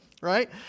right